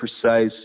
precise